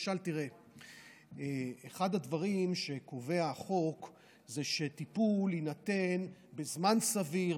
אחד הדברים שקובע החוק הוא שטיפול יינתן בזמן סביר,